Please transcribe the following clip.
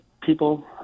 people